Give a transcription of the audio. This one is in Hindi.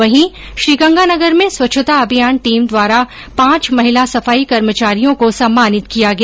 वहीं श्रीगंगानगर में स्वच्छता अभियान टीम द्वारा पांच महिला सफाईकर्मचारियों को सम्मानित किया गया